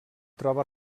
troba